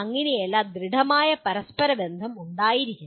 അങ്ങനെയല്ല ദൃഢമായ പരസ്പരബന്ധം ഉണ്ടായിരിക്കണം